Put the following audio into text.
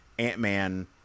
Ant-Man